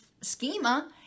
schema